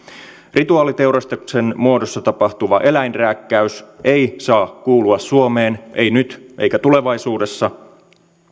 rituaaliteurastuksen muodossa tapahtuva eläinrääkkäys ei saa kuulua suomeen ei nyt eikä tulevaisuudessa